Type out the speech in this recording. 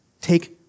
take